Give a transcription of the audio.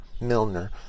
Milner